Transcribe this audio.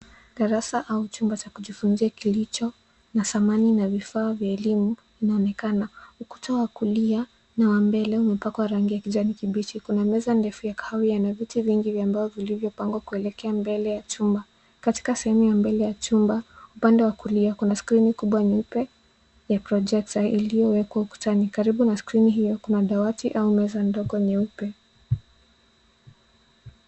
Darasa au jumba cha kujifunza kilicho na samani na vifaa vya elimu inaonekana. Ukuta kulia na wa mbele imepakwa rangi kijani kibichi. Kuna meza ndefu ya kahawia na viti vingi vya mbao vilivyopangwa kuelekea mbele ya jumba. Katika sehemu ya mbele ya jumba upande wa kulia kuna skrini kubwa nyeupe ya projector iliowekwa ukutani karibu na skrini hio kuna dawati au meza ndogo nyeupe.